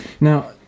Now